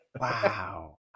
Wow